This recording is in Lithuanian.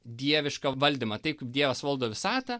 dievišką valdymą taip kaip dievas valdo visatą